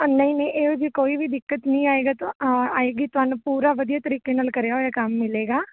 ਉਹ ਨਈਂ ਨਈਂ ਇਹੋ ਜਿਹੀ ਕੋਈ ਵੀ ਦਿੱਕਤ ਨੀ ਆਏਗਾ ਆਏਗੀ ਤੁਹਾਨੂੰ ਪੂਰਾ ਵਧੀਆ ਤਰੀਕੇ ਨਾਲ ਕਰਿਆ ਹੋਇਆ ਕੰਮ ਮਿਲੇਗਾ